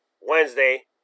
Wednesday